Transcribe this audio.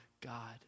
God